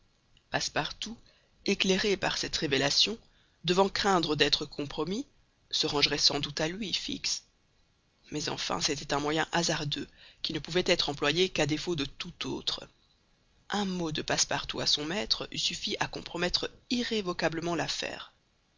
passepartout éclairé par cette révélation devant craindre d'être compromis se rangerait sans doute à lui fix mais enfin c'était un moyen hasardeux qui ne pouvait être employé qu'à défaut de tout autre un mot de passepartout à son maître eût suffi à compromettre irrévocablement l'affaire